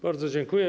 Bardzo dziękuję.